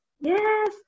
Yes